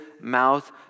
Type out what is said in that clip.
mouth